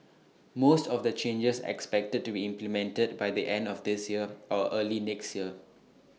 most of the changes are expected to be implemented by the end of this year or early next year